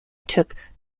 took